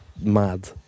mad